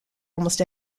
almost